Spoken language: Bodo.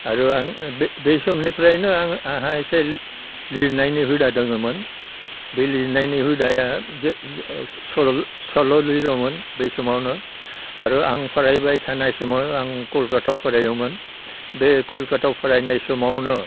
आरो आं बे समनिफ्रायनो आंहा एसे लिरनायनि हुदा दङमोन बे लिरनायनि हुदाया सल' लिरोमोन बै समावनो आरो आं फरायबाय थानाय समाव आं कलकातायाव फरायोमोन बे कलकातायाव फरायनाय समावनो